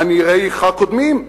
"עניי עירך קודמים",